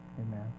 amen